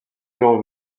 l’on